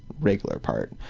regular part.